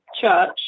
church